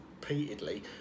repeatedly